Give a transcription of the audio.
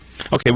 okay